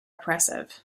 oppressive